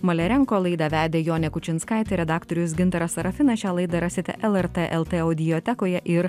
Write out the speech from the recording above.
malerenko laidą vedė jonė kučinskaitė redaktorius gintaras serafinas šią laidą rasite lrt el t audiotekoje ir